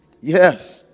yes